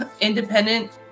independent